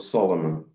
Solomon